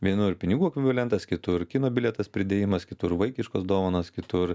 vienur pinigų ekvivalentas kitur kino bilietas pridėjimas kitur vaikiškos dovanos kitur